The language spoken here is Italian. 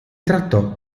trattò